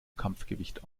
kampfgewicht